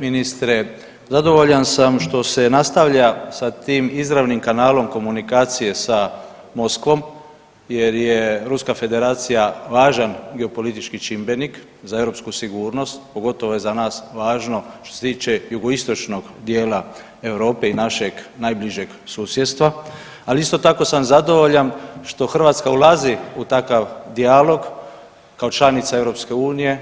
Ministre, zadovoljan sam što se nastavlja sa tim izravnim kanalom komunikacije sa Moskvom jer je Ruska Federacija važan geopolitički čimbenik za europsku sigurnost, pogotovo je za nas važno što se tiče jugoistočnog dijela Europe i našeg najbližeg susjedstva, ali isto tako sam zadovoljan što Hrvatska ulazi u takav dijalog kao članica EU,